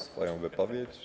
Swoją wypowiedź?